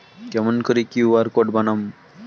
কেমন করি QR code বানাম?